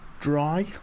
dry